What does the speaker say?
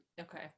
Okay